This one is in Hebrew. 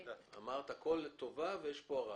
אמרת שהכול לטובה ויש פה הרעה.